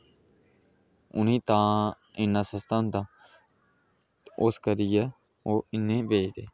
उनेंगी तां इन्ना सस्ता होंदा उस करियै ओह् इन्नी बेचदे